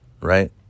right